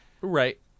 Right